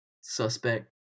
suspect